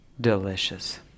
delicious